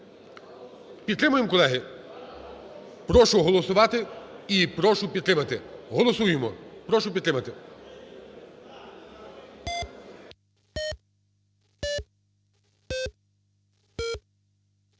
Підтримаємо, колеги? Прошу голосувати і прошу підтримати. Голосуємо. Прошу підтримати.